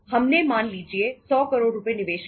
हमने मान लीजिए 100 करोड़ रुपए निवेश किए